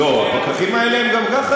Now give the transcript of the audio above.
לא, הפקחים האלה הם גם ככה